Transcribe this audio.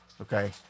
okay